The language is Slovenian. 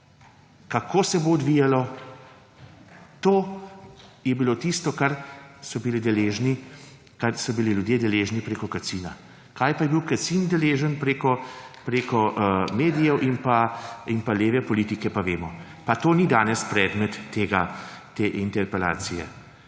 kako se bo odvijalo. To je bilo tisto, kar so bili ljudje deležni prek Kacina. Kaj je bil pa Kacin deležen prek medijev in leve politike, pa vemo. To ni danes predmet te interpelacije,